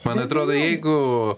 man atrodo jeigu